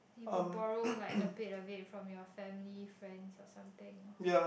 you could borrow like a bit a bit from family friends or something